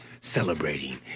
celebrating